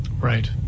Right